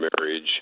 marriage